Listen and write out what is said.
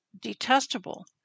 detestable